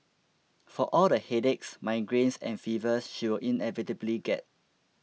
for all the headaches migraines and fevers she will inevitably get